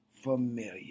familiar